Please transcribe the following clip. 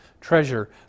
treasure